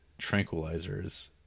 tranquilizers